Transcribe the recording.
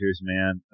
man